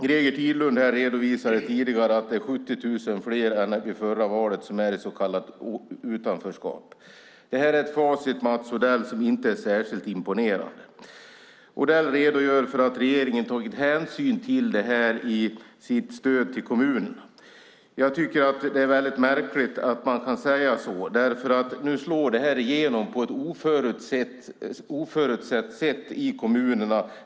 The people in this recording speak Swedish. Greger Tidlund redovisade tidigare att 70 000 fler än vid förra valet nu befinner sig i så kallat utanförskap. Det är ett facit, Mats Odell, som inte är särskilt imponerande. Odell säger att regeringen tagit hänsyn till detta i sitt stöd till kommunerna. Jag tycker att det är väldigt märkligt att man kan säga så. Nu slår nämligen detta igenom på ett oförutsett vis i kommunerna.